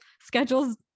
schedules